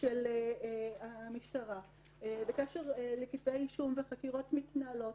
של המשטרה בקשר לכתבי אישום ולחקירות מתנהלות,